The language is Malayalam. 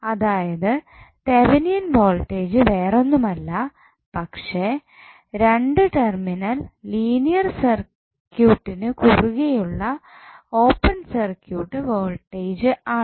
അതായത് തെവനിയൻ വോൾട്ടേജ് വേറൊന്നുമല്ല പക്ഷേ 2 ടെർമിനൽ ലീനിയർ സർക്യൂട്ടിനു കുറുകെയുള്ള ഓപ്പൺ സർക്യൂട്ട് വോൾട്ടേജ് ആണ്